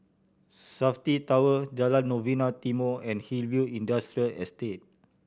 Safti Tower Jalan Novena Timor and Hillview Industrial Estate